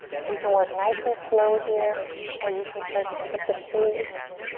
so you can work nice and slow here or you can start to pick up the pace.